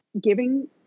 giving